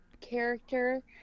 character